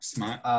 Smart